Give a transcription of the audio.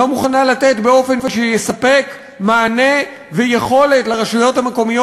היא לא מוכנה לתת באופן שיספק מענה ויכולת לרשויות המקומיות